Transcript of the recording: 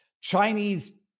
Chinese